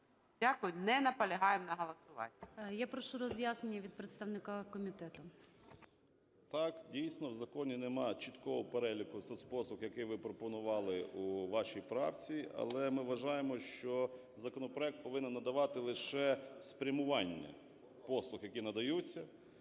Дякую. Не наполягаємо на голосуванні. ГОЛОВУЮЧИЙ. Я прошу роз'яснення від представника комітету. 13:19:22 БУРБАК М.Ю. Так, дійсно, в законі немає чіткого переліку соцпослуг, які ви пропонували у вашій правці. Але ми вважаємо, що законопроект повинен надавати лише спрямування послуг, які надаються,